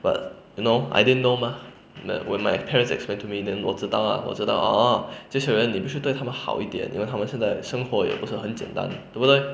but you know I didn't know mah like when my parents explain to me then 我知道 ah 我知道 orh 就是人就是对他们好一点因为他们现在生活也不是很简单对不对